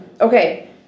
Okay